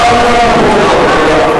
ההצעה לא עברה.